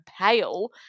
pale